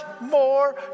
more